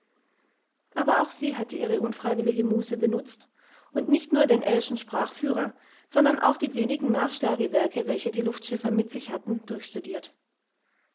aber auch sie hatte ihre unfreiwillige muße benutzt und nicht nur den ellschen sprachführer sondern auch die wenigen nachschlagwerke welche die luftschiffer mit sich hatten